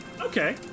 Okay